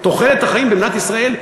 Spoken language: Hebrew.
תוחלת החיים במדינת ישראל,